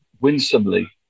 winsomely